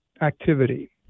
activity